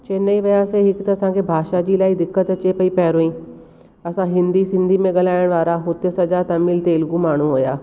चैन्नई वियासीं हिकु त असांखे भाषा जी इलाही दिक़त अचे पई पहिरियों ई असां हिंदी सिंधी में ॻाल्हाइण वारा हुते सॼा तमिल तेलगू में माण्हू हुआ